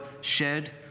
shed